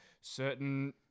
certain